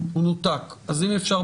ודאי.